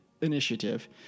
initiative